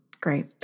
Great